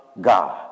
God